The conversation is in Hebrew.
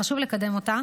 חשוב לקדם אותה